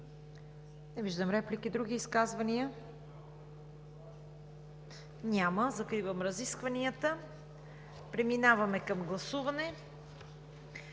Не виждам. Други изказвания? Няма. Закривам разискванията. Преминаваме към гласуване.